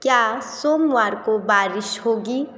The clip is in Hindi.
क्या सोमवार को बारिश होगी